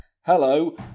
hello